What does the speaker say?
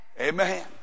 Amen